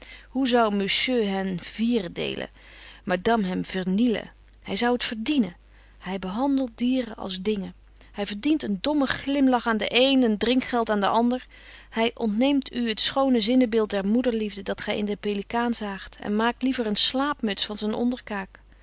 hoe zou monsieur hem vierendeelen madame hem vernielen hij zou t verdienen hij behandelt dieren als dingen hij verdient een dommen glimlach aan den een een drinkgeld aan den ander hij ontneemt u het schoone zinnebeeld der moederliefde dat gij in den pelikaan zaagt en maakt liever een slaapmuts van zijn onderkaak